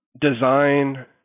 design